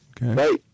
Right